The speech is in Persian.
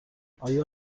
آیا